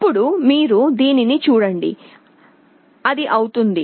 అప్పుడు మీరు దీనిని చూడండి అది అవుతుంది